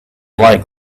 like